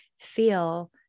feel